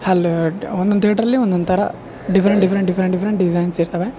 hello ಡ ಒನ್ನೊಂದು ತೇಟ್ರಲ್ಲಿ ಒನ್ನೊಂದು ಥರ different different different different designs ಇರ್ತವೆ